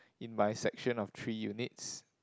in my section of three units